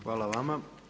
Hvala vama.